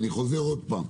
אני חוזר עוד פעם,